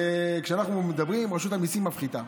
וכשאנחנו מדברים, רשות המיסים מפחיתה.